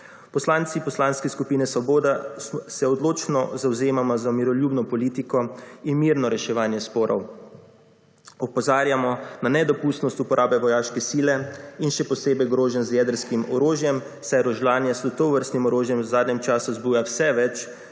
Poslanci Poslanske skupine Svoboda, se odločno zavzemamo za miroljubni politiko in mirno reševanje sporov. Opozarjamo na nedopustnost uporabe vojaške sile in še posebej groženj z jedrskim orožjem, saj rožljanje s tovrstnim orožjem v zadnjem času vzbuja vse več